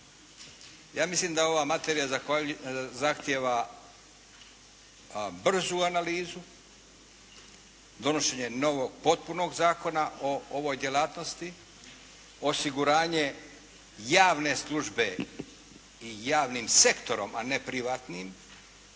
Ja mislim da ova materija zahtijeva brzu analizu, donošenje novog potpunog zakona o ovoj djelatnosti, osiguranje javne službe i javnim sektorom a ne privatnim